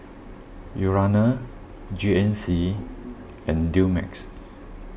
Urana G N C and Dumex